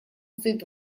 стоит